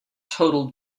total